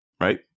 Right